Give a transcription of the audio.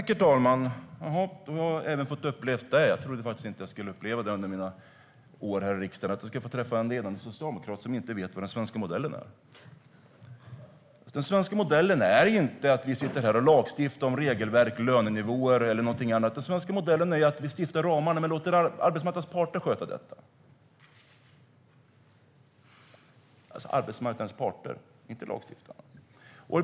Herr talman! Då har jag även fått uppleva detta. Jag trodde faktiskt inte att jag under mina år här i riksdagen skulle träffa en ledande socialdemokrat som inte vet vad den svenska modellen är. Den svenska modellen är inte att vi sitter här och lagstiftar om regelverk, lönenivåer eller något annat. Den svenska modellen är att vi sätter ramarna och sedan låter arbetsmarknadens parter sköta detta. Arbetsmarknadens parter - inte lagstiftarna.